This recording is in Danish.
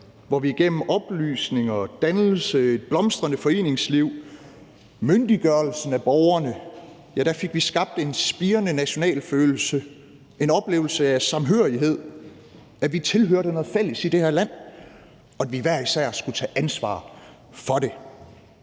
hvor vi gennem oplysning, dannelse, et blomstrende foreningsliv, myndiggørelsen af borgerne fik skabt en spirende nationalfølelse, en oplevelse af samhørighed, at vi tilhører noget fælles i det her land, og at vi hver især skulle tage ansvar for det.